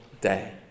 day